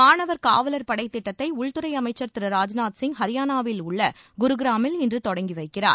மாணவர் காவலர் படை திட்டத்தை உள்துறை அமைச்சர் திரு ராஜ்நாத் சிங் ஹரியானாவில் உள்ள குருகிராமில் இன்று தொடங்கி வைக்கிறார்